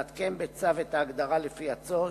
לעדכן בצו את ההגדרה לפי הצורך,